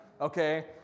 okay